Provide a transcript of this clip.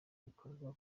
bikorwa